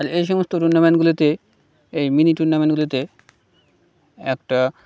তাহলে এই সমস্ত টুর্নামেন্টগুলিতে এই মিনি টুর্নামেন্টগুলিতে একটা